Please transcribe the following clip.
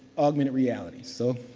augmented reality. so,